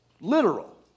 literal